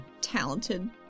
Talented